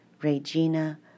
Regina